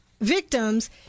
victims